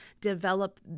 develop